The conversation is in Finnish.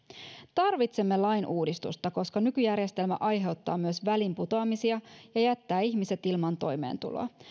tarvitsemme lainuudistusta koska nykyjärjestelmä aiheuttaa myös väliinputoamisia ja jättää ihmiset ilman toimeentuloa